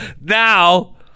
now